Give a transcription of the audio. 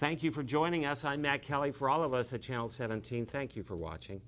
thank you for joining us on that cali for all of us a chance seventeen thank you for watching